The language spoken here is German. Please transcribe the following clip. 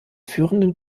führenden